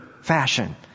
fashion